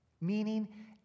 Meaning